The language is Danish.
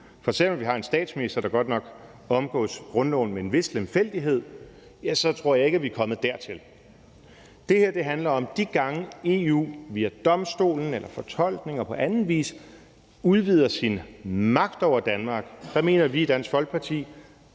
For selv om vi har en statsminister, der godt nok omgås grundloven med en vis lemfældighed, så tror jeg ikke, vi er kommet dertil. Det her handler om de gange, EU via domstolen, via fortolkninger eller på anden vis udvider sin magt over Danmark. Der mener vi i Dansk Folkeparti,